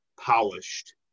polished